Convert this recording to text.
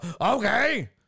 okay